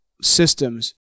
systems